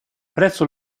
presso